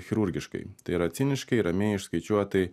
chirurgiškai tai yra ciniškai ramiai išskaičiuotai